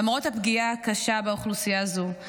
למרות הפגיעה הקשה באוכלוסייה זו,